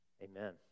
Amen